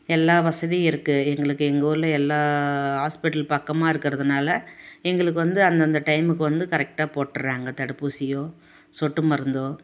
எல்லா வசதியும் இருக்குது எங்களுக்கு எங்கள் ஊரில் எல்லா ஹாஸ்பிட்டல் பக்கமாக இருக்கிறதுனால எங்களுக்கு வந்து அந்தந்த டைமுக்கு வந்து கரெக்டாக போட்டுடறாங்க தடுப்பூசியோ சொட்டு மருந்தோ